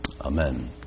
Amen